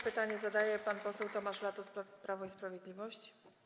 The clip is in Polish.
Pytanie zadaje pan poseł Tomasz Latos, Prawo i Sprawiedliwość.